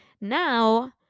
Now